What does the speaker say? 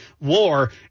war